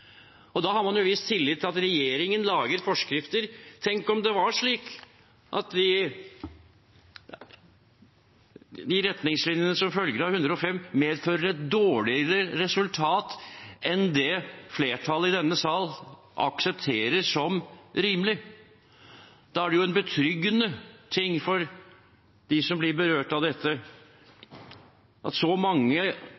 skal. Da har man jo vist tillit til at regjeringen lager forskrifter. Tenk om det var slik at de retningslinjene som følger av § 105, medfører et dårligere resultat enn det flertallet i denne sal aksepterer som rimelig. Da er det jo en betryggende ting for dem som blir berørt av dette,